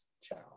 Ciao